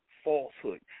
falsehood